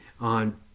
on